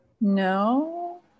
No